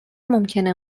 ممکنه